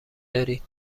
دارید